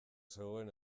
zegoen